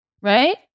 right